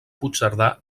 puigcerdà